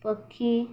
ପକ୍ଷୀ